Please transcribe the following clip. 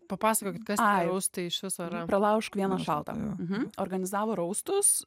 papasakokit kas tie raustai iš viso pralaužk vieną šaltą organizavo raustus